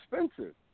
expensive